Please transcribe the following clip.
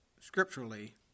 scripturally